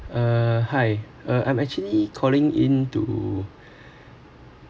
uh hi uh I'm actually calling in to